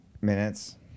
minutes